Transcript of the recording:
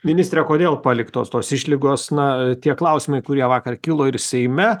ministre kodėl paliktos tos išlygos na tie klausimai kurie vakar kilo ir seime